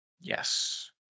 Yes